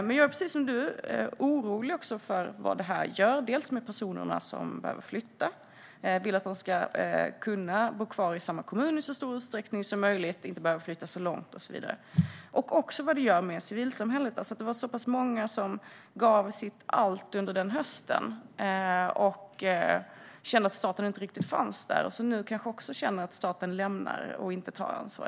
Men precis som Annika Qarlsson är jag orolig för vad det här gör, dels med personerna som behöver flytta - det är önskvärt att de i så stor utsträckning som möjligt ska kunna bo kvar i samma kommuner, inte behöva flytta så långt och så vidare - dels med civilsamhället. Det var så pass många som gav sitt allt under den hösten och kände att staten inte riktigt fanns där och som kanske också nu känner att staten inte tar ansvar.